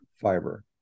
fiber